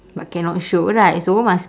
but cannot show right so must